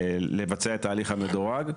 לבצע את ההליך המדורג.